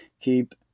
keep